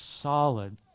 solid